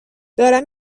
دارم